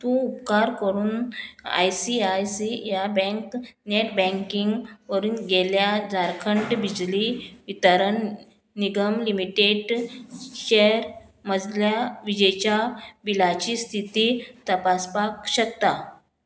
तूं उपकार करून आय सी आय सी ह्या बँक नेट बँकिंग वरून गेल्ल्या झारखंड बिजली वितरण निगम लिमिटेड चेर मजल्या विजेच्या बिलाची स्थिती तपासपाक शकता